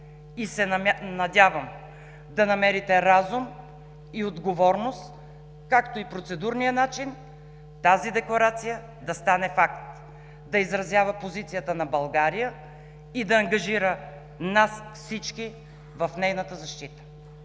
и се надявам да намерите разум и отговорност, както и процедурния начин тази декларация да стане факт, да изразява позицията на България и да ангажира нас всички в нейната защита.